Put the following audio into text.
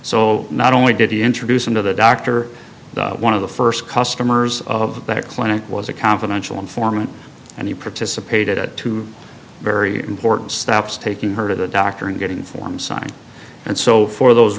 so not only did he introduce him to the doctor one of the first customers of that clinic was a confidential informant and he participated two very important steps taking her to the doctor and getting forms signed and so for those